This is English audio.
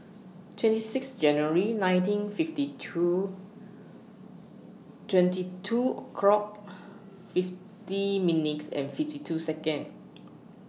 twenty six January nineteen fifty two twenty two o'clock fifty minutes and fifty two Seconds